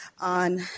on